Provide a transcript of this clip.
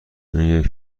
این